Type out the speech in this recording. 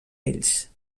ells